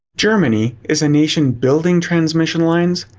germany is a nation building transmission lines,